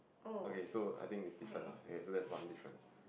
okay so I think it's different ah okay so that's one difference